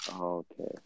Okay